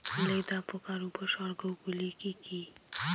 লেদা পোকার উপসর্গগুলি কি কি?